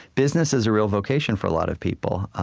business is a real vocation for a lot of people.